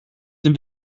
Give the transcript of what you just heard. dem